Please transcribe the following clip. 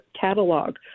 catalog